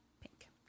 Pink